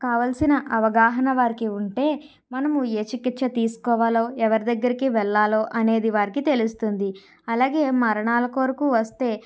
కావలసిన అవగాహన వారికి ఉంటే మనము ఏ చికిత్స తీసుకోవాలో ఎవరి దగ్గరికి వెళ్ళాలో అనేది వారికి తెలుస్తుంది అలాగే మరణాల కొరకు వస్తే